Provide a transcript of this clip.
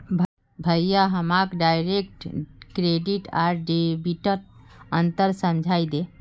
भाया हमाक direct credit आर डेबिटत अंतर समझइ दे